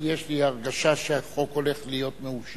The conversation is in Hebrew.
כי יש לי הרגשה שהחוק הולך להיות מאושר,